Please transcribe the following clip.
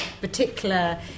particular